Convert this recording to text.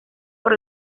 por